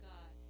God